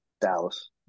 Dallas